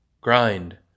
grind